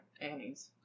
Annie's